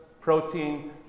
protein